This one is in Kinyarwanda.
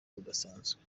budasanzwe